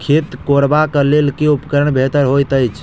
खेत कोरबाक लेल केँ उपकरण बेहतर होइत अछि?